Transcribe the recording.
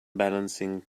balancing